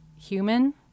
human